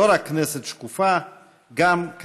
וכעת אני שמח לציין זאת גם במליאה.